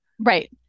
Right